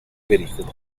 pericolo